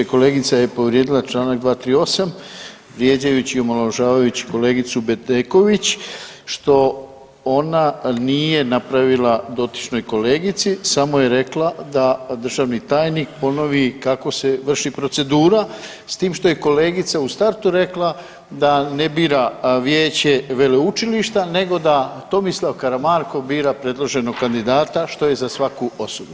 Kolegica je povrijedila Članak 238., vrijeđajući i omalovažavajući kolegicu Bedeković što ona nije napravila dotičnoj kolegici samo je rekla da državni tajnik ponovi kako se vrši procedura s tim što je kolegica u startu rekla da ne bira vijeće veleučilišta nego da Tomislav Karamarko bira predloženog kandidata što je za svaku osudu.